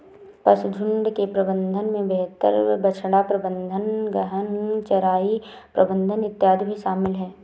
पशुझुण्ड के प्रबंधन में बेहतर बछड़ा प्रबंधन, गहन चराई प्रबंधन इत्यादि भी शामिल है